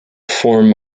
form